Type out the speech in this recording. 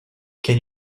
can